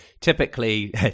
typically